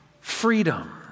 freedom